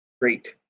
great